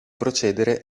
procedere